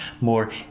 more